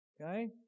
Okay